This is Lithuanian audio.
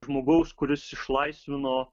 žmogaus kuris išlaisvino